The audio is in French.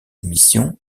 émissions